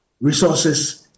resources